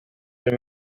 rue